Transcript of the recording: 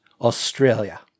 Australia